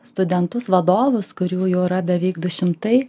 studentus vadovus kurių jau yra beveik du šimtai